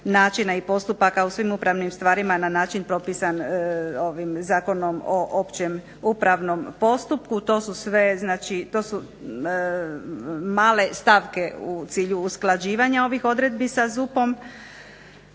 načina i postupaka u svim upravnim stvarima na način propisan Zakonom o općem upravnom postupku. To su sve znači male stavke u cilju usklađivanja ovih odredbi sa ZUP-om,